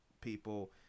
people